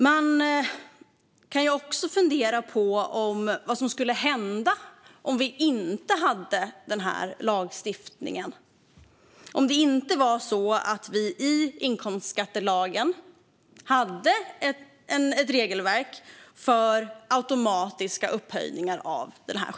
Man kan också fundera på vad som skulle hända om vi inte hade den här lagstiftningen - om det inte var så att vi i inkomstskattelagen hade ett regelverk för automatiska höjningar av skiktgränsen.